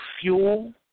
fuel